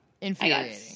Infuriating